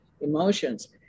emotions